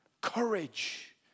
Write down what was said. Courage